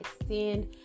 extend